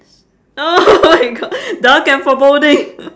oh my god dark and foreboding